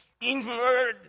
inward